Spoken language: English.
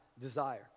desire